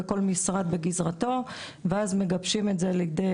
כל משרד בגזרתו ואז מגבשים את זה לכדי